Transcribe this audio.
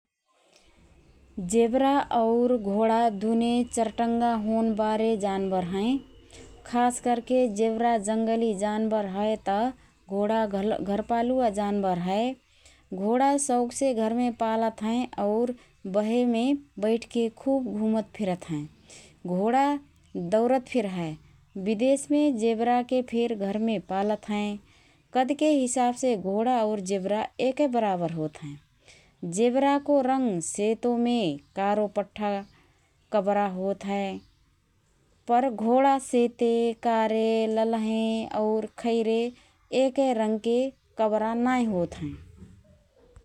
जेब्रा और घोडा दुने चरटङ्गा होनबारे जानबर हएँ । खास करके जेब्रा जङ्गली जानबर हए त घोडा घरपालुवा जानबर हए । घोडा शौखसे घरमे पालत हएँ और बेहेमे बैठके खुब घुँमत फिरत हएँ । घोडा दौरत फिर हए । विदेशमे जेब्राके फिर घरमे पालत हएँ । कदके हिसाबमे घोडा और जेब्रा एकए बराबर होत हएँ । जेब्राको रङ्ग सेतोमे कारो पठ्ठा कबरा होत हएँ पर घोडा सेते, कारे, लल्हएँ और खैरे एकए रङके काबरा नाएँ होत हएँ ।